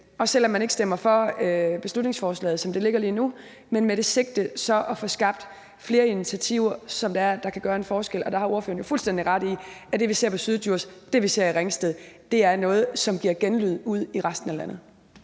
også selv om man ikke stemmer for beslutningsforslaget, som det ligger lige nu, at få skabt flere initiativer, som kan gøre en forskel. Der har ordføreren jo fuldstændig ret i, at det, vi ser i Syddjurs, og det, vi ser i Ringsted, er noget, som giver genlyd ude i resten af landet.